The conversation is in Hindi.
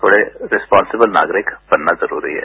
थोड़ा रिसपोन्सिबल नागरिक बनना जरूरी है